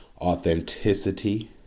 authenticity